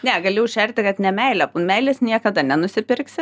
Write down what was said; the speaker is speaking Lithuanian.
ne gali užšerti kad ne meilę meilės niekada nenusipirksi